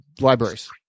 Libraries